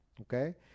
Okay